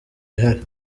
ihari